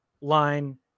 line